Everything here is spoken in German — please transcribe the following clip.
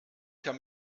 kann